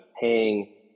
paying